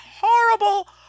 horrible